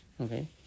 okay